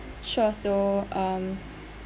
sure so um